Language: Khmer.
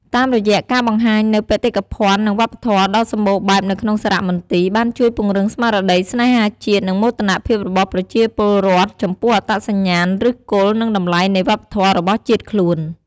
តាមរយៈការបង្ហាញនូវបេតិកភណ្ឌ និងវប្បធម៌ដ៏សម្បូរបែបនៅក្នុងសារមន្ទីរបានជួយពង្រឹងស្មារតីស្នេហាជាតិ និងមោទកភាពរបស់ប្រជាពលរដ្ឋចំពោះអត្តសញ្ញាណ ឫសគល់ និងតម្លៃនៃវប្បធម៌របស់ជាតិខ្លួន។